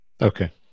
Okay